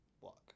Walk